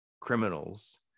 criminals